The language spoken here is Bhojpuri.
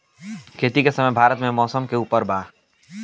खेती के समय भारत मे मौसम के उपर बा